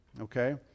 Okay